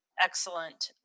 excellent